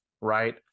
right